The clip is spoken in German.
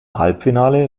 halbfinale